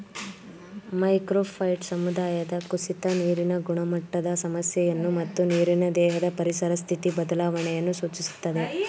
macrophyte ಸಮುದಾಯದ ಕುಸಿತ ನೀರಿನ ಗುಣಮಟ್ಟದ ಸಮಸ್ಯೆಯನ್ನು ಮತ್ತು ನೀರಿನ ದೇಹದ ಪರಿಸರ ಸ್ಥಿತಿ ಬದಲಾವಣೆಯನ್ನು ಸೂಚಿಸ್ತದೆ